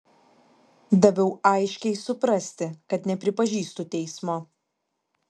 daviau aiškiai suprasti kad nepripažįstu teismo